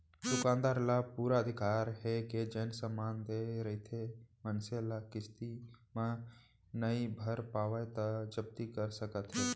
दुकानदार ल पुरा अधिकार हे जेन समान देय रहिथे मनसे ल किस्ती म नइ भर पावय त जब्ती कर सकत हे